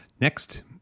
Next